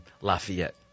Lafayette